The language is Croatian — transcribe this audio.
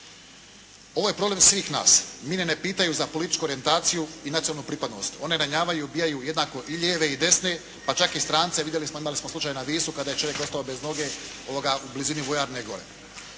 Ovo je problem svih nas. Mine ne pitaju za političku orijentaciju i nacionalnu pripadnost, one ranjavaju i ubijaju jednako i lijeve i desne pa čak i strance, vidjeli smo imali smo slučaj na Visu kada je čovjek ostao bez noge u blizini vojarne gore.